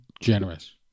generous